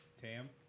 TAM